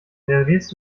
servierst